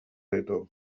ditu